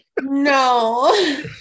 No